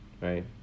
Right